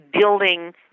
building